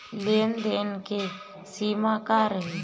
लेन देन के सिमा का रही?